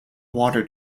water